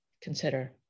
consider